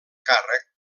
càrrec